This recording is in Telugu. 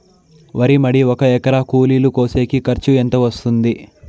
వరి మడి ఒక ఎకరా కూలీలు కోసేకి ఖర్చు ఎంత వస్తుంది?